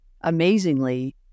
Amazingly